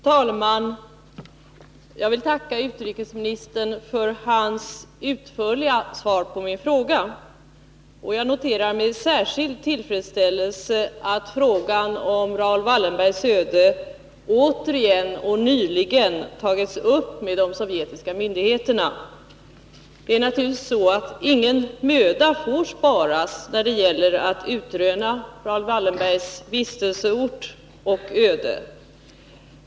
Herr talman! Jag vill tacka utrikesministern för hans utförliga svar på min fråga. Jag noterar med särskild tillfredsställelse att frågan om Raoul Wallenbergs öde nyligen återigen har tagits upp med de sovjetiska myndigheterna. Naturligtvis får ingen möda sparas när det gäller att utröna Raoul Wallenbergs vistelseort och öde.